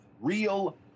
real